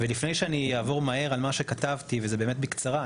ולפני שאני אעבור מהר על מה שכתבתי וזה באמת בקצרה,